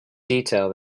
detail